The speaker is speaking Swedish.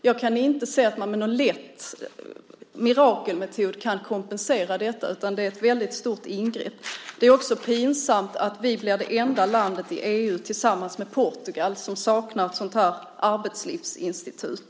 Jag kan inte se att man med någon lätt mirakelmetod kan kompensera detta, utan det är ett väldigt stort ingrepp. Det är också pinsamt att vi blir det enda landet i EU, tillsammans med Portugal, som saknar ett sådant här arbetslivsinstitut.